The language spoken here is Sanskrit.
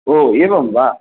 ओ एवं वा